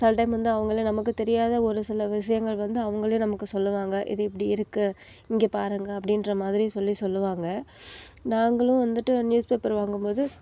சில டைம் வந்து அவங்களே நமக்கு தெரியாத ஒருசில விஷயங்கள் வந்து அவங்களே நமக்கு சொல்லுவாங்க இது இப்படி இருக்கு இங்கே பாருங்கள் அப்படின்ற மாதிரி சொல்லி சொல்லுவாங்க நாங்களும் வந்துவிட்டு நியூஸ் பேப்பர் வாங்கும்போது